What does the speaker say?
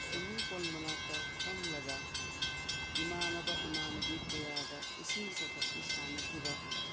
swimming pool ꯃꯅꯥꯛꯇ ꯐꯝꯂꯒ ꯏꯃꯥꯟꯅꯕ ꯏꯃꯥꯟꯅꯕꯤ ꯀꯌꯥꯒ ꯏꯁꯤꯡ ꯆꯥꯏꯈꯠꯄꯤ ꯁꯥꯟꯅꯈꯤꯕ